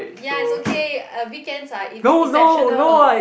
ya it's okay uh weekends are eps~ exceptional